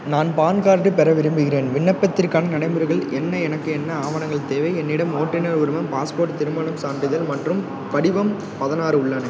நான் PAN card பெற விரும்புகிறேன் விண்ணப்பத்திற்கான நடைமுறைகள் என்ன எனக்கு என்ன ஆவணங்கள் தேவை என்னிடம் ஓட்டுநர் உரிமம் பாஸ்போர்ட் திருமணம் சான்றிதழ் மற்றும் படிவம் பதினாறு உள்ளன